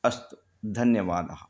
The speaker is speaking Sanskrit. अस्तु धन्यवादः